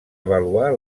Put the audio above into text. avaluar